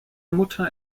mutter